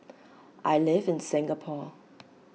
I live in Singapore